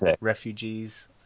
refugees